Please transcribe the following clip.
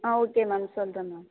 ஆ okay ma'am சொல்கிறேன் ma'am